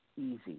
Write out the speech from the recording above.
easy